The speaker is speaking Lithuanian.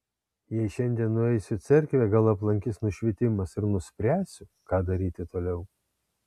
jei šiandien nueisiu į cerkvę gal aplankys nušvitimas ir nuspręsiu ką daryti toliau